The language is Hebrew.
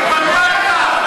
התבלבלת.